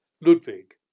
Ludwig